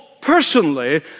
personally